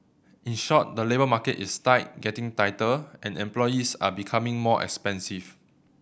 in short the labour market is tight getting tighter and employees are becoming more expensive